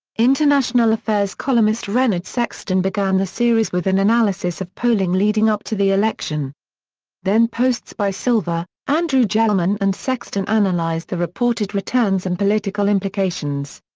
international affairs columnist renard sexton began the series with an analysis of polling leading up to the election then posts by silver, andrew gelman and sexton analyzed the reported returns and political implications.